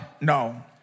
No